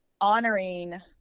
honoring